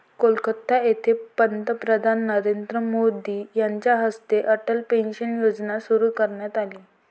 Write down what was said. कोलकाता येथे पंतप्रधान नरेंद्र मोदी यांच्या हस्ते अटल पेन्शन योजना सुरू करण्यात आली